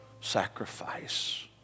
sacrifice